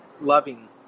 loving